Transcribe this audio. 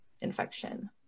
infection